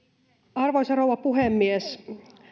arvoisa rouva puhemies